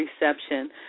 reception